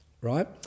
right